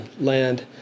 land